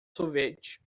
sorvete